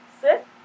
sit